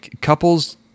Couples